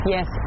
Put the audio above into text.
Yes